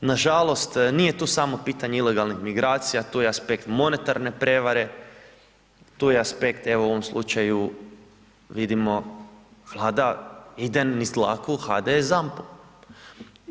Nažalost nije tu samo pitanje ilegalnih migracija, tu je aspekt monetarne prevare, tu je aspekt, evo u ovom slučaju vidimo Vlada ide niz dlaku HDS ZAMP-u.